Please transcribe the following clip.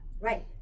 Right